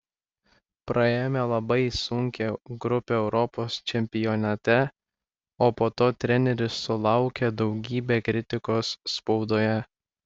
praėjome labai sunkią grupę europos čempionate o po to treneris sulaukė daugybę kritikos spaudoje